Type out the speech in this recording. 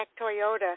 Toyota